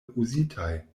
uzitaj